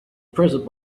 present